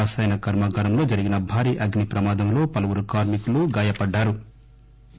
రసాయన కర్శా గారంలో జరిగిన భారీ అగ్ని ప్రమాదంలో పలువురు కార్మి కులు గాయపడ్డారు